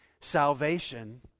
Salvation